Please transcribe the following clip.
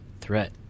threat